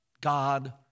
God